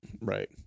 Right